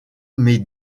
met